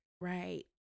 right